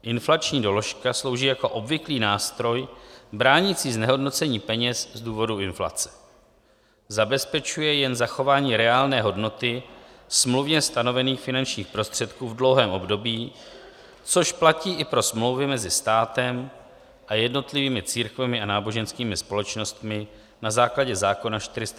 Inflační doložka slouží jako obvyklý nástroj bránící znehodnocení peněz z důvodu inflace, zabezpečuje jen zachování reálné hodnoty smluvně stanovených finančních prostředků v dlouhém období, což platí i pro smlouvy mezi státem a jednotlivými církvemi a náboženskými společnostmi na základě zákona č. 428/2012 Sb.